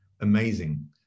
amazing